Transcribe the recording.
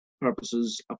purposes